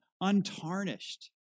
untarnished